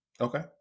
Okay